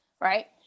right